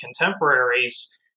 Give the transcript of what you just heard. contemporaries